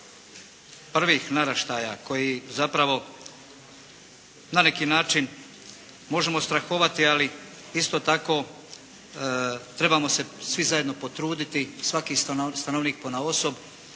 prvih naraštaja koji zapravo na neki način možemo strahovati, ali isto tako trebamo se svi zajedno potruditi, svaki stanovnik ponaosob